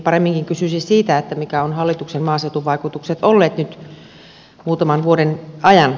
paremminkin kysyisin siitä mitkä ovat hallituksen maaseutuvaikutukset olleet nyt muutaman vuoden ajan